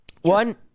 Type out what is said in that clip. One